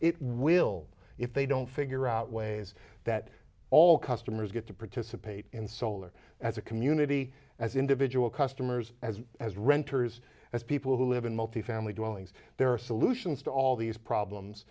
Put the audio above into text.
it will if they don't figure out ways that all customers get to participate in solar as a community as individual customers as renters as people who live in multifamily dwellings there are solutions to all these problems